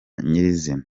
nyirizina